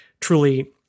truly